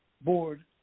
board